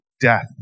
death